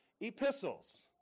Epistles